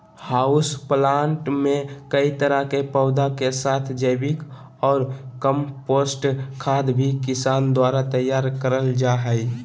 house plant मे कई तरह के पौधा के साथ जैविक ऑर कम्पोस्ट खाद भी किसान द्वारा तैयार करल जा हई